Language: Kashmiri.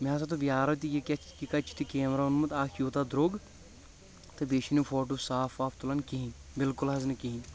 مےٚ ہسا دوٚپ یارو تہِ یہِ کیاہ یہِ کتہِ چُھتھ یہِ کیمرا اوٚنمُت اکھ یوٗتاہ دروٚگ تہٕ بیٚیہِ چُھنہٕ یہِ فوٹو صاف واف تُلان کہیٖنۍ بالکل حظ نہٕ کہیٖنۍ